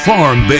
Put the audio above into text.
Farm